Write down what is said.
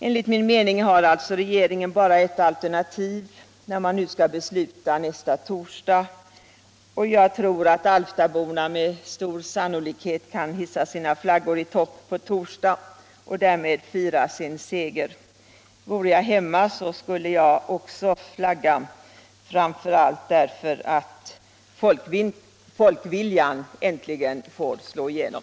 Enligt min mening har alltså regeringen bara ett alternativ när den skall fatta beslut nästa torsdag, och Alftaborna kan med stor sannolikhet hissa sina flaggor i topp den dagen och därmed fira sin seger. Vore jag hemma, skulle jag också flagga, framför allt därför att folkviljan äntligen får slå igenom.